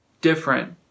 different